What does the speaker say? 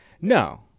No